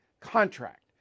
contract